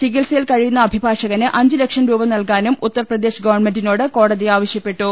ചികിത്സയിൽ കഴിയുന്ന അഭിഭാഷകന് അഞ്ചുലക്ഷം രൂപ നൽകാനും ഉത്തർപ്രദേശ് ഗവൺമെന്റിനോട്ട് കോടതി ആവശ്യപ്പെട്ടു